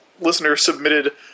listener-submitted